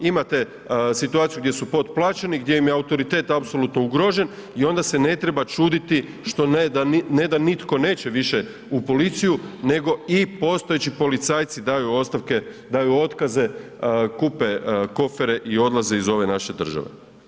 Imate situaciju gdje su potplaćeni, gdje im je autoritet apsolutno ugrožen i onda se ne treba čuditi, što, ne da nitko neće u policiju, nego i postojeći policajci daju ostavke, daju otkaze, kupe kofere i odlaze iz ove naše države.